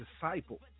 disciple